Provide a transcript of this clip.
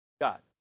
God